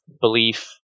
belief